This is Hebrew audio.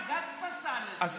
בג"ץ פסל את זה.